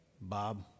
Bob